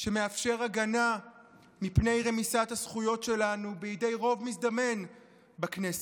שמאפשר הגנה מפני רמיסת הזכויות שלנו בידי רוב מזדמן בכנסת.